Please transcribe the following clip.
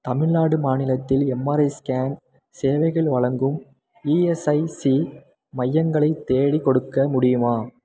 தமிழ்நாடு மாநிலத்தில் MRI scan சேவைகள் வழங்கும் இஎஸ்ஐசி மையங்களை தேடிக்கொடுக்க முடியுமா